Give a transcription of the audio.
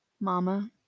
Mama